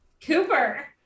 Cooper